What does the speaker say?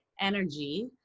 energy